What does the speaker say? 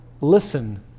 listen